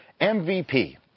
MVP